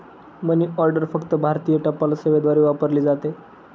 मनी order फक्त भारतीय टपाल सेवेद्वारे वापरली जाते